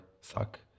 suck